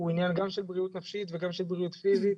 הוא עניין גם של בריאות נפשית וגם של בריאות פיזית.